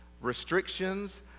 restrictions